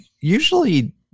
usually